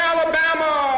Alabama